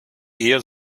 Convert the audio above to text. ehe